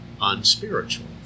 unspiritual